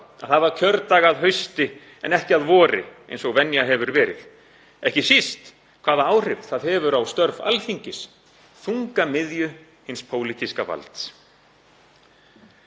að hafa kjördag að hausti en ekki að vori eins og venja hefur verið, ekki síst hvaða áhrif það hefur á störf Alþingis, þungamiðju hins pólitíska valds.